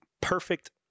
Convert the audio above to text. perfect